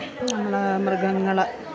നമ്മൾ മൃഗങ്ങളെ